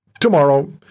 tomorrow